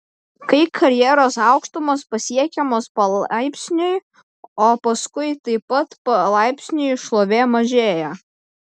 kai karjeros aukštumos pasiekiamos palaipsniui o paskui taip pat palaipsniui šlovė mažėja